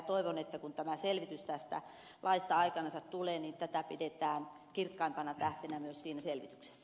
toivon että kun tämä selvitys tästä laista aikanansa tulee niin tätä pidetään kirkkaimpana tähtenä myös siinä selvityksessä